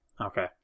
Okay